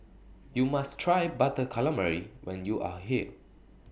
YOU must Try Butter Calamari when YOU Are here